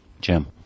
Jim